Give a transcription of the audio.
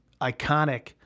iconic